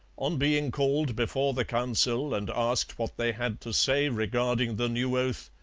on being called before the council and asked what they had to say regarding the new oath,